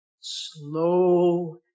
slow